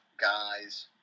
guys